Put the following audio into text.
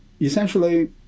essentially